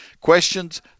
Questions